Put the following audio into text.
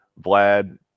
Vlad